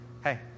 Hey